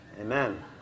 Amen